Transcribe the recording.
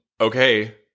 Okay